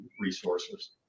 resources